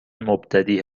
مبتدی